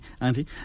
Auntie